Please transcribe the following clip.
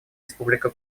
республика